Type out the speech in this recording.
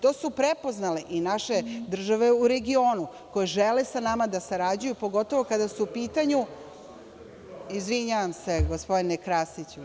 To su prepoznale i naše države u regionu, koje žele sa nama da sarađuju, pogotovo kada su u pitanju… (Zoran Krasić: Koje naše države u regionu?) Izvinjavam se gospodine Krasiću.